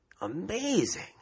Amazing